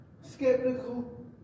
skeptical